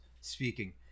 speaking